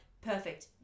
perfect